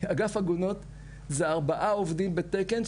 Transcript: אגף עגונות זה ארבעה עובדים בתקן,